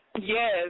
Yes